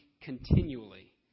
continually